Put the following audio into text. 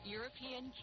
European